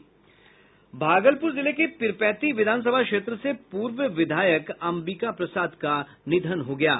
भागलपुर जिले के पीरपैंती विधानसभा क्षेत्र से पूर्व विधायक अंबिका प्रसाद का निधन हो गया है